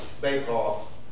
bake-off